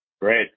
Great